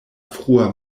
frua